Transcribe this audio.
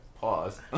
Pause